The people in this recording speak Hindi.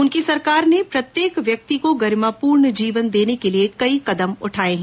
उनकी सरकार ने प्रत्येक व्यक्ति को गरिमापूर्ण जीवन देने के लिए कई कदम उठाए हैं